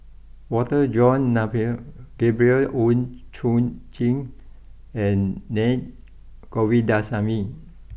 Walter John Napier Gabriel Oon Chong Jin and Na Govindasamy